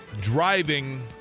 driving